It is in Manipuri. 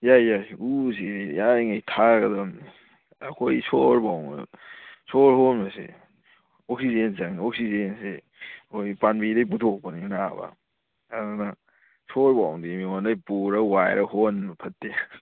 ꯌꯥꯏ ꯌꯥꯏ ꯎꯁꯦ ꯌꯥꯔꯤꯈꯩ ꯊꯥꯒꯗꯕꯅꯤ ꯑꯩꯈꯣꯏ ꯁꯣꯔ ꯍꯣꯟꯕꯗ ꯁꯣꯔ ꯍꯣꯟꯕꯁꯦ ꯑꯣꯛꯁꯤꯖꯦꯟ ꯆꯪꯉꯦ ꯁꯣꯛꯁꯤꯖꯦꯟꯁꯦ ꯑꯩꯈꯣꯏꯒꯤ ꯄꯥꯝꯕꯤꯗꯩ ꯄꯨꯊꯣꯛꯄꯅꯤꯅꯕ ꯑꯗꯨꯅ ꯁꯣꯔ ꯐꯥꯎꯗꯤ ꯃꯤꯉꯣꯟꯗꯩ ꯄꯨꯔ ꯋꯥꯏꯔ ꯍꯣꯟꯕ ꯐꯠꯇꯦ